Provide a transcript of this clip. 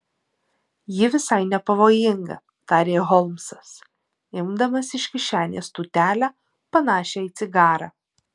ji visai nepavojinga tarė holmsas imdamas iš kišenės tūtelę panašią į cigarą